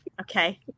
Okay